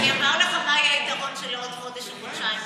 אני אומר לכם מה יהיה היתרון של לבוא עוד חודש או חודשיים,